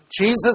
Jesus